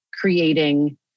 creating